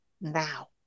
now